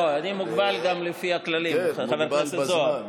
לא, אני מוגבל גם לפי הכללים, חבר הכנסת זוהר.